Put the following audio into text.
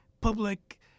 public